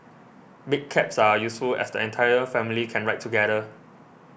big cabs are useful as the entire family can ride together